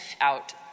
out